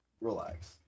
relax